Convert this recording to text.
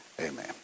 Amen